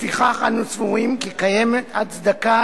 לפיכך אנו סבורים כי קיימת הצדקה,